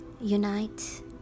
unite